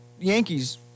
Yankees